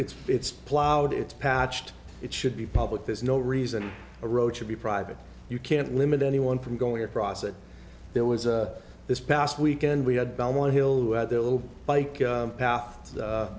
it's it's plowed it's patched it should be public there's no reason a road should be private you can't limit anyone from going across it there was this past weekend we had belmont hill who had their little bike path